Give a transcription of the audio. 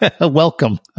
welcome